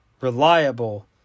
reliable